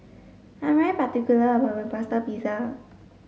I particular about my plaster pizza